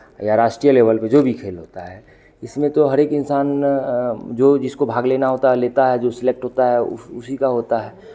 या राष्ट्रीय लेवल पे जो भी खेल होता है इसमें तो हर एक इंसान जो जिसको भाग लेना होता है जो सेलेक्ट होता है उस उसी का होता है